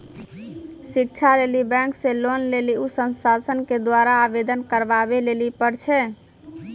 शिक्षा लेली बैंक से लोन लेली उ संस्थान के द्वारा आवेदन करबाबै लेली पर छै?